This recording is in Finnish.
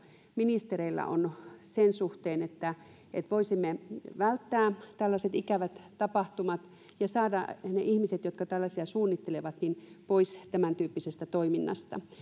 ministereillä on sen suhteen että että voisimme välttää tällaiset ikävät tapahtumat ja saada ne ihmiset jotka tällaisia suunnittelevat pois tämän tyyppisestä toiminnasta